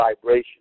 vibration